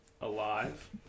alive